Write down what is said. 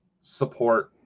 support